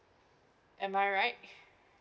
am I right